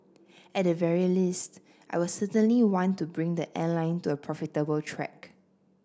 at the very least I will certainly want to bring the airline to a profitable track